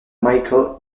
michael